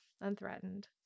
unthreatened